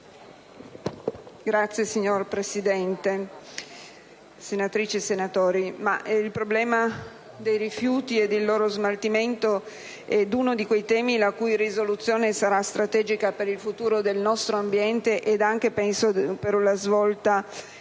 *(PD)*. Signor Presidente, senatrici e senatori, il problema dei rifiuti e del loro smaltimento è uno di quei temi la cui risoluzione sarà strategica per il futuro del nostro ambiente ed anche, penso, per la svolta